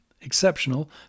Exceptional